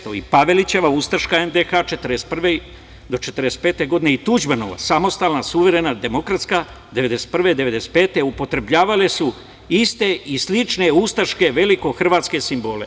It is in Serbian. Šesto, i Pavelićeva ustaška NDH od 1941. do 1945. godine i Tuđmanova samostalna, suverena, demokratska od 1991. do 1995. godine upotrebljavale su iste i slične ustaške velikohrvatske simbole.